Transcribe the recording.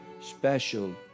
special